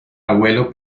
abuelo